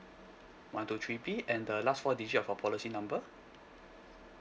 one two three B and the last four digit of your policy number